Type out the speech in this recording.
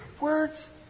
Words